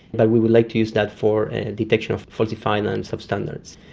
but we would like to use that for detection of falsified and substandards.